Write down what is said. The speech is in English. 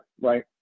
right